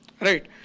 Right